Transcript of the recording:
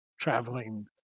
traveling